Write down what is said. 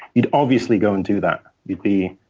you'd obviously go and do that. you'd be,